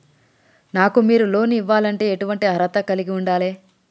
నాకు మీరు లోన్ ఇవ్వాలంటే ఎటువంటి అర్హత కలిగి వుండాలే?